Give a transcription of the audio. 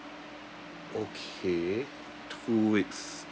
okay two weeks